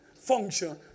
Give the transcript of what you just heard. function